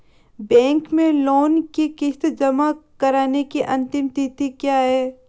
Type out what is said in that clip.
Bank में loan की किश्त जमा कराने की अंतिम तिथि क्या है?